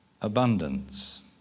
abundance